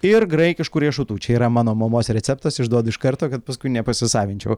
ir graikiškų riešutų čia yra mano mamos receptas išduodu iš karto kad paskui nepasisavinčiau